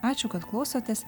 ačiū kad klausotės